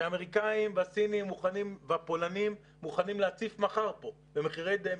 שהאמריקאים והסינים והפולנים מוכנים להציף כאן מחר במחירי דמפינג.